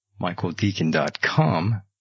michaeldeacon.com